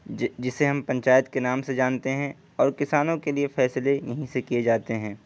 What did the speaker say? جسے ہم پنچایت کے نام سے جانتے ہیں اور کسانوں کے لیے فیصلے یہیں سے کیے جاتے ہیں